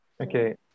Okay